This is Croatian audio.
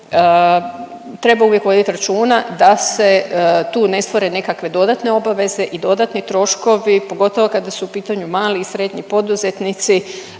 treba uvijek vodit računa da se tu ne stvore nekakve dodatne obaveze i dodatni troškovi pogotovo kada su u pitanju mali i srednji poduzetnici,